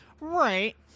right